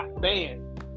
Man